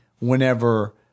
whenever